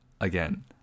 again